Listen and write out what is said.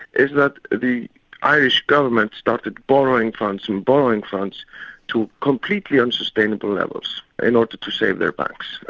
is that the irish government started borrowing funds and borrowing funds to completely unsustainable levels in order to save their banks,